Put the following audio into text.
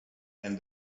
and